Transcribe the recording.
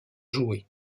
jouer